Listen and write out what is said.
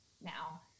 now